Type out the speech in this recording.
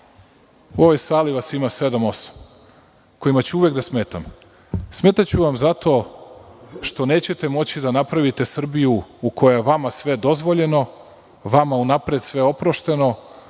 u ovoj sali vas ima sedam, osam, ću uvek da smetati. Smetaću vam zato što nećete moći da napravite Srbiju u kojoj je vama sve dozvoljeno, vama unapred sve oprošteno,